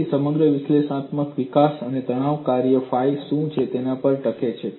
તેથી સમગ્ર વિશ્લેષણાત્મક વિકાસ તણાવ કાર્ય ફાઈ શું છે તેના પર ટકે છે